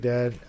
Dad